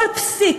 כל פסיק,